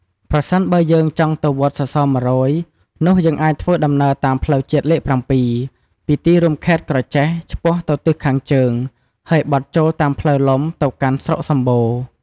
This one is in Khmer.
ប្រសិនបើយើងចង់ទៅវត្តសសរ ១០០ នោះយើងអាចធ្វើដំណើរតាមផ្លូវជាតិលេខ ៧ ពីទីរួមខេត្តក្រចេះឆ្ពោះទៅទិសខាងជើង ហើយបត់ចូលតាមផ្លូវលំទៅកាន់ស្រុកសំបូរ ។